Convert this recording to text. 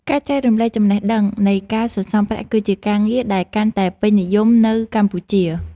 ការចែករំលែកចំណេះដឹងនៃការសន្សំប្រាក់គឺជាការងារដែលកាន់តែពេញនិយមនៅកម្ពុជា។